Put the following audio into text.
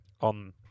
on